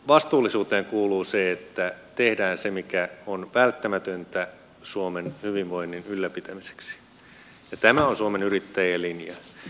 vastuullisuuteen kuuluu se että tehdään se mikä on välttämätöntä suomen hyvinvoinnin ylläpitämiseksi ja tämä on suomen yrittäjien linja